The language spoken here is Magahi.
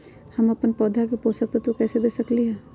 हम अपन पौधा के पोषक तत्व कैसे दे सकली ह?